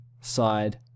side